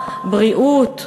בריאות,